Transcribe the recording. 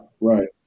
right